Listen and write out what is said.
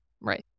Right